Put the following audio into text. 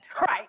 right